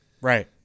Right